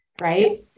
right